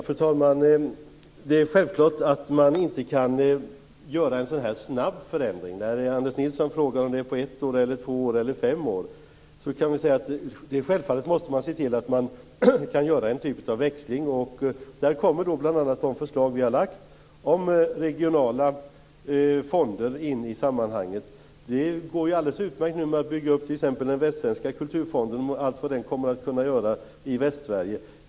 Fru talman! Det är självklart att man inte kan göra en sådan här snabb förändring. När Anders Nilsson frågar om det är på ett år eller två år eller fem år, så kan vi säga att man självfallet måste se till att man kan göra en typ av växling. Där kommer bl.a. de förslag som vi har lagt fram om regionala fonder in i sammanhanget. Det går ju alldeles utmärkt att t.ex. bygga upp den västsvenska kulturfonden med allt som den kommer att kunna göra i Västsverige.